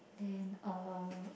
then uh